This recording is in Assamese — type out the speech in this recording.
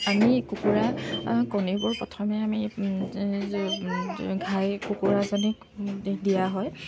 আমি কুকুৰা কণীবোৰ প্ৰথমে আমি ঘাই কুকুৰাজনীক দিয়া হয়